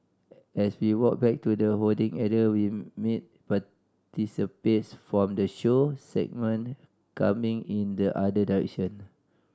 as we walk back to the holding area we meet participants from the show segment coming in the other direction